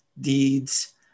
deeds